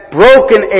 broken